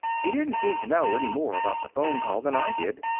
he didn't seem to know any more about the phone call than i did,